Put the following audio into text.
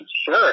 sure